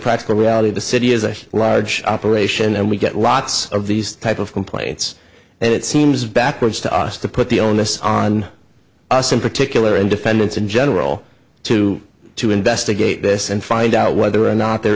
practical reality the city is a large operation and we get lots of these type of complaints and it seems backwards to us to put the onus on us in particular and defendants in general to to investigate this and find out whether or not there